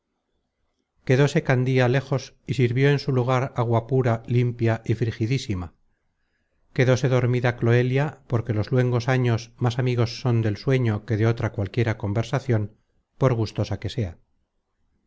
vasos quedóse candía lejos y sirvió en su lugar agua pura limpia y frigidísima quedóse dormida cloelia porque los luengos años más amigos son del sueño que de otra cualquiera conversacion por gustosa que sea